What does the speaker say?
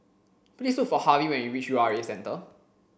please look for Harvie when you reach U R A Centre